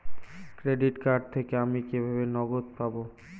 Credit card থেকে আমি কিভাবে নগদ পাব?